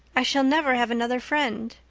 i shall never have another friend.